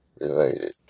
related